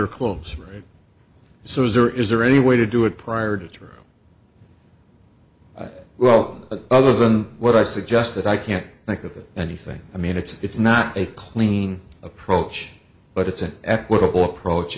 are close right so there is there any way to do it prior to trial well other than what i suggest that i can't think of that anything i mean it's not a clean approach but it's an equitable approach